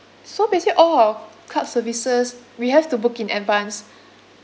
so basically all our club services we have to book in advance